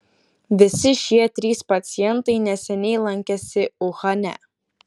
visi šie trys pacientai neseniai lankėsi uhane